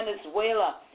Venezuela